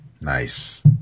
Nice